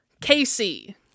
Casey